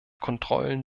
kontrollen